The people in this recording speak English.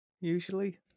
usually